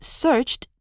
searched